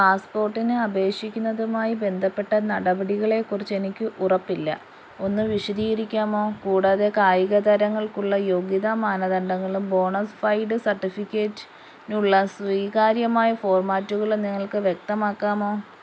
പാസ്പോർട്ടിന് അപേക്ഷിക്കുന്നതുമായി ബന്ധപ്പെട്ട നടപടികളെക്കുറിച്ച് എനിക്ക് ഉറപ്പില്ല ഒന്ന് വിശദീകരിക്കാമോ കൂടാതെ കായികതാരങ്ങൾക്കുള്ള യോഗ്യതാ മാനദണ്ഡങ്ങളും ബോണഫൈഡ് സർട്ടിഫിക്കറ്റിനുള്ള സ്വീകാര്യമായ ഫോർമാറ്റുകളും നിങ്ങൾക്ക് വ്യക്തമാക്കാമോ